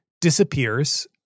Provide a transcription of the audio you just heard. disappears